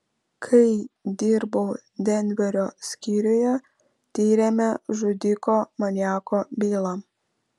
kai dirbau denverio skyriuje tyrėme žudiko maniako bylą